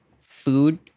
food